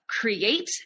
create